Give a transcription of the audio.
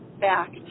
back